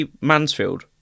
Mansfield